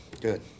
Good